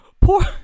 poor